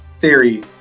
theory